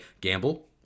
gamble